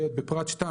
"(ב)בפרט (2),